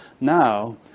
Now